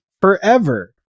forever